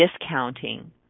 discounting